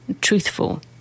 truthful